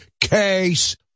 case